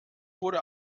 wurde